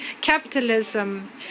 capitalism